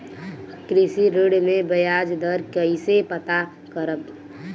कृषि ऋण में बयाज दर कइसे पता करब?